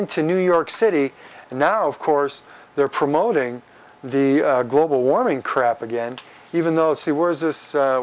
into new york city and now of course they're promoting the global warming crap again even though seawards this